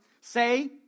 say